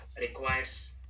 requires